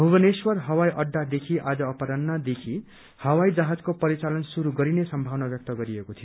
भुवनेश्वर हवाई अहादेखि आज अपरान्हदेखि हवाई जहाजको परिचालन शुरू गरिने सम्भावना व्यक्त गरिएको थियो